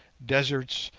deserts,